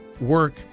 work